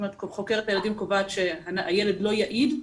חוקרת הילדים קובעת שהילד לא יעיד,